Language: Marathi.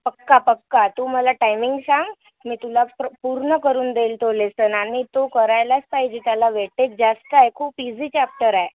पक्का पक्का तू मला टाईमिंग सांग मी तुला पूर्ण करून देईन तो लेसन आणि तो करायलाच पाहिजे त्याला वेटेज जास्त आहे खूप ईझी चाप्टर आहे